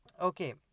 Okay